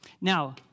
Now